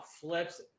flips